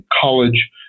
College